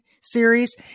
series